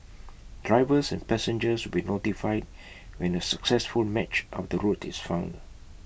drivers and passengers will be notified when A successful match of the route is found